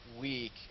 week